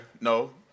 No